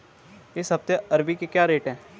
इस हफ्ते अरबी के क्या रेट हैं?